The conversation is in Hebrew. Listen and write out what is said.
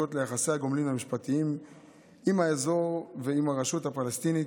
הנוגעות ליחסי הגומלין המשפטיים עם האזור ועם הרשות הפלסטינית,